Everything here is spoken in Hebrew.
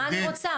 מה אני רוצה,